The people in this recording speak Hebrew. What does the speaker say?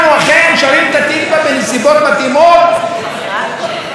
הרי אין פה מחלוקת בינינו,